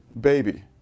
baby